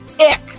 Ick